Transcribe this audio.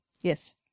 yes